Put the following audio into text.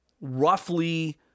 roughly